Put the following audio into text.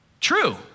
True